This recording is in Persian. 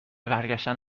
برگشتن